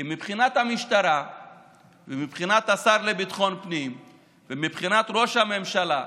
כי מבחינת המשטרה ומבחינת השר לביטחון הפנים ומבחינת ראש הממשלה,